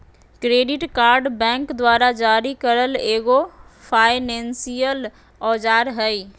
credit card bank द्वारा जारी करल एगो फायनेंसियल औजार हइ